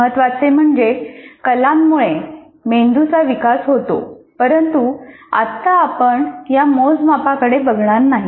महत्त्वाचे म्हणजे कलांमुळे मेंदूचा विकास होतो परंतु आत्ता आपण या मोजमापाकडे बघणार नाही